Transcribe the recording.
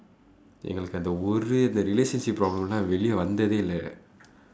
எங்களுக்கு அந்த ஒரு:engkalukku andtha oru relationship problem எல்லாம் வந்ததே இல்ல:ellaam vandthathee illa